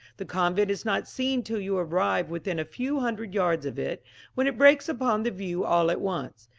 the convent is not seen till you arrive within a few hundred yards of it when it breaks upon the view all at once,